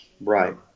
Right